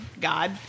God